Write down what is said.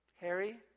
Harry